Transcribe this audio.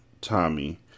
Tommy